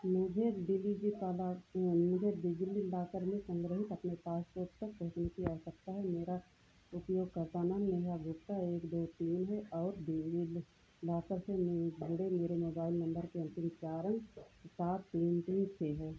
मुझे डिजिजिलाकर मुझे डिजिलॉकर में संग्रहीत अपने पासपोर्ट तक पहुँचने की आवश्यकता है मेरा उपयोगकर्ता नाम नेहा गुप्ता एक दो तीन है और डिजिलॉकर से जुड़े मेरे मोबाइल नंबर के अंतिम चार अंक सात तीन तीन छः हैं